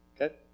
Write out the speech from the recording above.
Okay